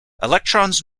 electrons